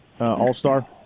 all-star